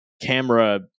camera